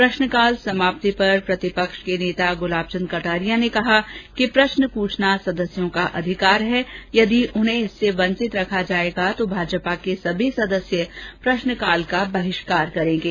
प्रष्नकाल समाप्ति पर प्रतिपक्ष के नेता गुलाब चंद कटारिया ने कहा कि प्रष्न पूछना सदस्यों का अधिकार है यदि उन्हें इससे वंचित रखा जायेगा तो भाजपा के सभी सदस्य प्रष्नकाल का बहिष्कार करेंगे